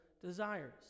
desires